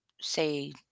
say